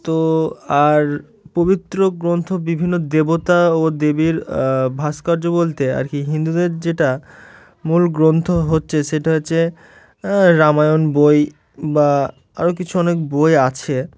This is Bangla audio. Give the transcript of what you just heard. তো আর পবিত্র গ্রন্থ বিভিন্ন দেবতা ও দেবীর ভাস্কর্য বলতে আর কি হিন্দুদের যেটা মূল গ্রন্থ হচ্ছে সেটা হচ্ছে রামায়ণ বই বা আরও কিছু অনেক বই আছে